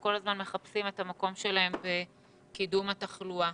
כל הזמן מחפשים את המקום שלהם בקידום התחלואה.